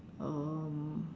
um